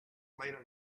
later